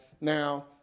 now